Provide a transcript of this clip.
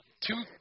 two